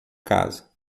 casa